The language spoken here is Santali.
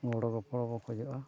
ᱜᱚᱲᱚ ᱜᱚᱯᱚᱲᱚ ᱵᱚ ᱠᱷᱚᱡᱚᱜᱼᱟ